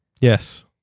Yes